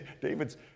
David's